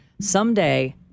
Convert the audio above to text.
someday